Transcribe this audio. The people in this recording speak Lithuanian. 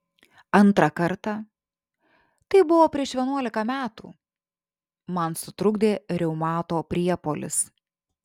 antrą kartą tai buvo prieš vienuolika metų man sutrukdė reumato priepuolis